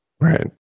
Right